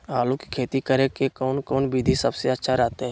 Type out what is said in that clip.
आलू की खेती करें के कौन कौन विधि सबसे अच्छा रहतय?